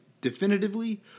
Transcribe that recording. definitively